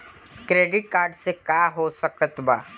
Credit card से का हो सकइत बा?